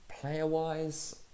Player-wise